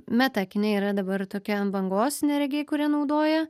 meta akiniai yra dabar tokia ant bangos neregiai kurie naudoja